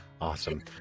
Awesome